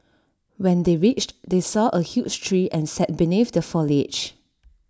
when they reached they saw A huge tree and sat beneath the foliage